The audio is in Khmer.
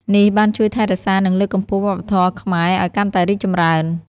នេះបានជួយថែរក្សានិងលើកកម្ពស់វប្បធម៌ខ្មែរឱ្យកាន់តែរីកចម្រើន។